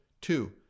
Two